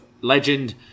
Legend